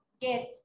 get